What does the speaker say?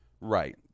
Right